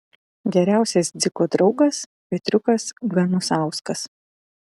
geriausias dziko draugas petriukas ganusauskas